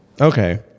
okay